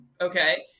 Okay